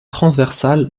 transversale